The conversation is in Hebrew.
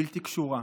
בלתי קשורה.